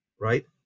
right